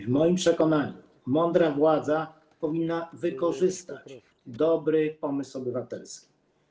W moim przekonaniu mądra władza powinna wykorzystać dobry pomysł obywatelski.